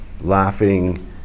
laughing